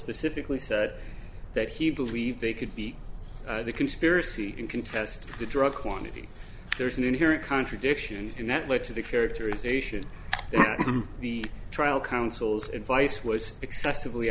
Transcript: specifically said that he believed they could beat the conspiracy in contest the drug quantity there's an inherent contradictions and that led to the characterization the trial counsel's advice was excessively